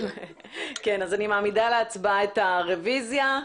אני מעמידה להצבעה את הרביזיה.